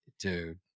Dude